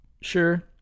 Sure